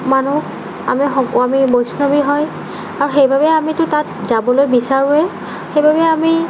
মানুহ আমি আমি বৈষ্ণৱী হয় আৰু সেইবাবেই আমিতো তাত যাবলৈ বিচাৰোঁৱে সেইবাবে আমি